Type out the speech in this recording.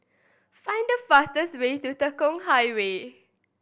find the fastest way to Tekong Highway